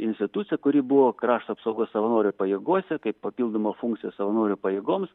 institucija kuri buvo krašto apsaugos savanorių pajėgose kaip papildoma funkcija savanorių pajėgoms